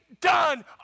done